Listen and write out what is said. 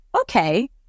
Okay